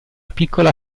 piccola